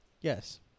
yes